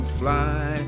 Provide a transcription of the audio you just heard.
fly